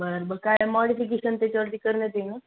बरं बं काय मॉडिफिकेशन त्याच्यावरती करण्यात येईल ना